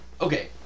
okay